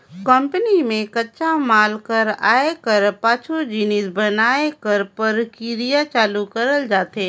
company में कच्चा माल कर आए कर पाछू जिनिस बनाए कर परकिरिया चालू करल जाथे